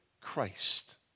Christ